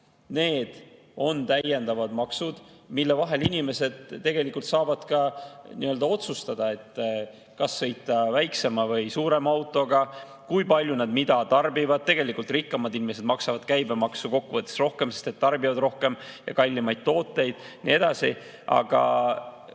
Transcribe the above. need on täiendavad maksud, mille puhul inimesed tegelikult saavad otsustada, kas sõita väiksema või suurema autoga ja kui palju nad mida tarbivad. Tegelikult rikkamad inimesed maksavad käibemaksu kokkuvõttes rohkem, sest nad tarbivad rohkem ja kallimaid tooteid, ja nii edasi. See